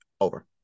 over